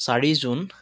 চাৰি জুন